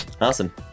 Awesome